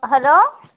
hello